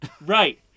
Right